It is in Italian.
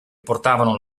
portavano